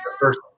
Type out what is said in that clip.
first